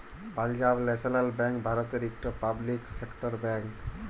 Punjab national bank ভারতের ইকট public sector bank